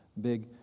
big